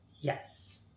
Yes